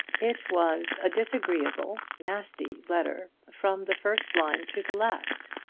it was a disagreeable, nasty letter from the first line to the last.